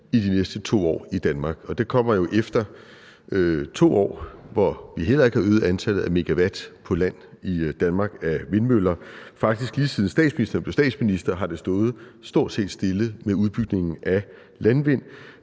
i de næste 2 år i Danmark, og det kommer jo efter 2 år, hvor vi heller ikke har øget antallet af megawatt fra vindmøller på land i Danmark. Faktisk har det, lige siden statsministeren blev statsminister, stået stort set stille med udbygningen af landvind.